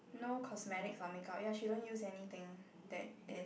no cosmetics or makeup ya she don't use anything that is